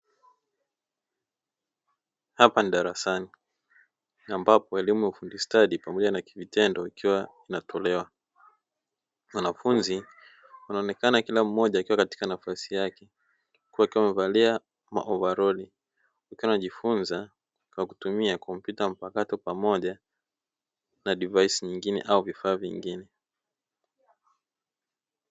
Hapa ni darasani ambapo elimu ya ufundi stadi pamoja na vitendo ikiwa inatolewa wanafunzi wanaonekana kila mmoja akiwa katika nafasi yake wakiwa wamevalia maovaroli, wakiwa wanajifunza kwa kutumia kompyuta mpakato pamoja na divaisi nyingine au vifaa vingine.